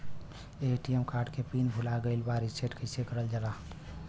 ATM card के pin भूला गइल बा रीसेट कईसे करल जाला?